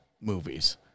movies